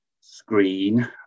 screen